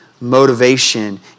motivation